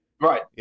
Right